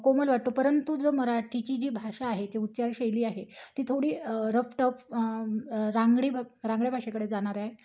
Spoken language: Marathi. कोमल वाटतो परंतु जो मराठीची जी भाषा आहे ती उच्चारशैली आहे ती थोडी रफ टफ रांगडी रांगड्या भाषेकडे जाणारी आहे